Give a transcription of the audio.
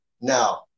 now